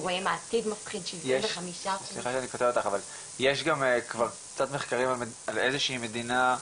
יש כבר קצת מחקרים על איזו שהיא מדינה,